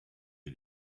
est